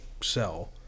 sell